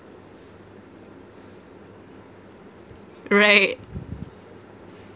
right